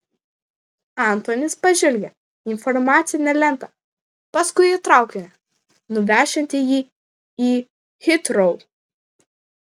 antonis pažvelgė į informacinę lentą paskui į traukinį nuvešiantį jį į hitrou